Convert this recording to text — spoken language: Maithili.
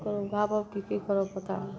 गाएब कि कि करब पता नहि